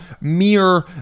mere